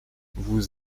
vous